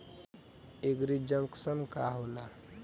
एगरी junction का होला?